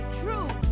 true